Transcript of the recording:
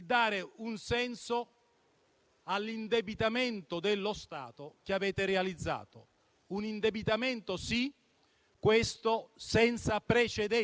100 miliardi che nessuno ha mai avuto per realizzare una manovra in questo Paese, 100 miliardi che